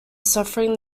suffering